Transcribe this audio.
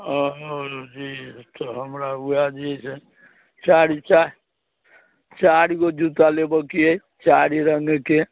आओर जे तऽ हमरा वएह जे छै चारि चा चारिगो जूता लेबऽके अइ चारि रङ्गके